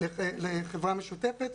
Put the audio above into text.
לחברה משותפת.